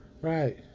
Right